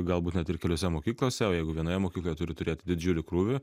galbūt net ir keliose mokyklose o jeigu vienoje mokykloje turi turėti didžiulį krūvį